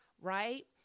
right